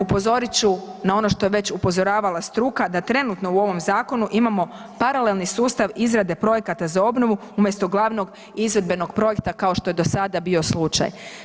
Upozorit ću na ono što je već upozoravala struka da trenutno u ovom zakonu imamo paralelni sustav izrade projekta za obnovu umjesto glavnog izvedbenog projekta kao što je do sada bio slučaj.